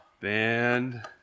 Band